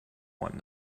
want